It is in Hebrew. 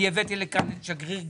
הבאתי לכאן את שגריר גרמניה,